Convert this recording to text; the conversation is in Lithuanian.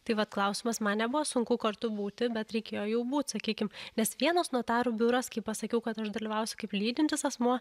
tai vat klausimas man nebuvo sunku kartu būti bet reikėjo jau būt sakykim nes vienas notarų biuras kai pasakiau kad aš dalyvausiu kaip lydintis asmuo